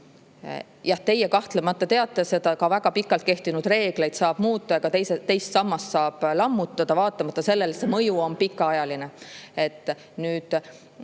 Jah, teie kahtlemata teate seda, et ka väga pikalt kehtinud reegleid saab muuta, ka teist [pensioni]sammast saab lammutada vaatamata sellele, et selle mõju on pikaajaline.